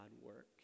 work